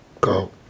Go